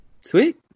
Sweet